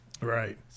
Right